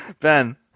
Ben